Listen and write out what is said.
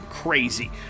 crazy